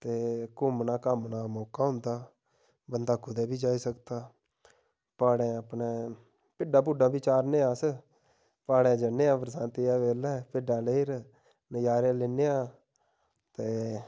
ते घूमना घामना दा मौका होंदा बंदा कुदै बी जाई सकदा प्हाड़ें अपने भिड्डां भूड्डा बी चारने अस प्हाड़ें जन्ने आं बरसांती दा बेल्लै भिड्डां लेई'र नज़ारे लैन्ने आं ते